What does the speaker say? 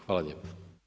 Hvala lijepo.